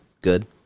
good